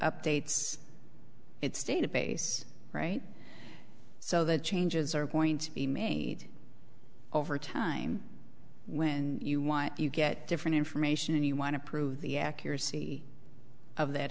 updates its database right so the changes are going to be made over time when you want you get different information and you want to prove the accuracy of that